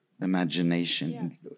imagination